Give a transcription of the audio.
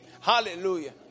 Hallelujah